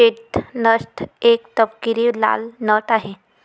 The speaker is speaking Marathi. चेस्टनट एक तपकिरी लाल नट आहे